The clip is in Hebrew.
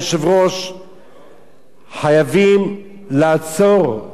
חייבים לעצור את המשחית הזה,